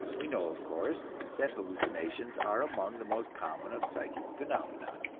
we know, of course, that hallucinations are among the most common of psychic phenomenon.